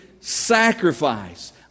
sacrifice